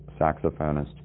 saxophonist